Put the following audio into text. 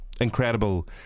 incredible